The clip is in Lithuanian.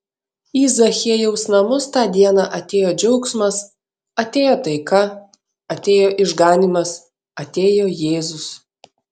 į zachiejaus namus tą dieną atėjo džiaugsmas atėjo taika atėjo išganymas atėjo jėzus